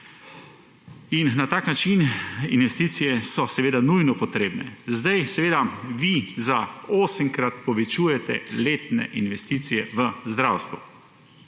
In na tak način investicije so seveda nujno potrebne. Zdaj vi za osemkrat povečujete letne investicije v zdravstvo,